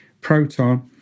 proton